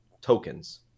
tokens